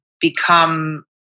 become